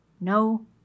No